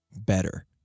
better